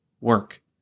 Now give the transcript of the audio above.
work